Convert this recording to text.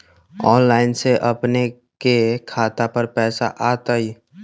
Online से अपने के खाता पर पैसा आ तई?